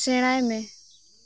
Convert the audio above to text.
ᱥᱮᱬᱟᱭ ᱢᱮ